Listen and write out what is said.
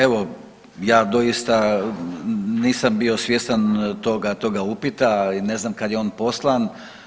Evo ja doista nisam bio svjestan toga upita, ne znam kad je on poslan.